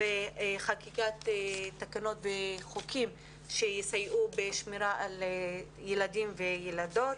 ובחקיקת תקנות וחוקים שיסייעו בשמירה על ילדים וילדות.